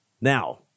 Now